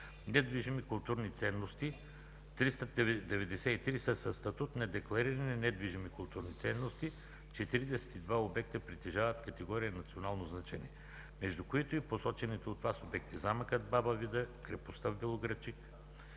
„недвижими културни ценности”, 393 са със статут на декларирани недвижими културни ценности, 42 обекта притежават категория „с национално значение”, между които и посочените от Вас обекти: замъкът „Баба Вида”, крепостта в Белоградчик,